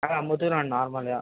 అమ్ముతున్నా నార్మల్గా